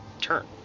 turn